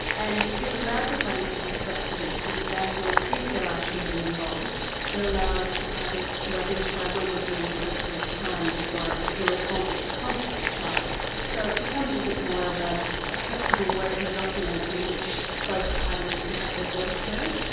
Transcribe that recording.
and it allows the parties to be flexible. for example, if there are children involved it and allows the parties to identify when would be an appropriate time for the respondent to contact the child. so it becomes a bit more of a ah flexible working document in which both parties can have their voice heard.